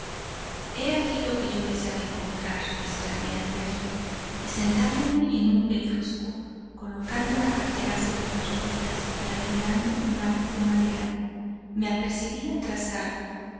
he aquí lo que yo deseaba encontrar exclamé al verle y sentándome en un pedrusco colocando la cartera sobre mis rodillas y afilando un lápiz de madera me apercibí a trazar